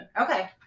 Okay